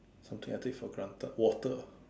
something I take for granted water